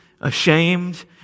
Ashamed